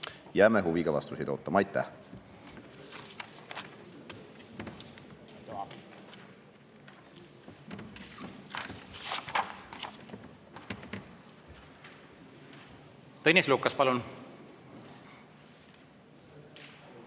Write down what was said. Jääme huviga vastuseid ootama. Aitäh!